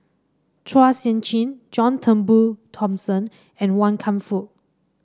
Chua Sian Chin John Turnbull Thomson and Wan Kam Fook